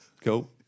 cool